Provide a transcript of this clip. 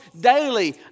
daily